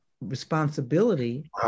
responsibility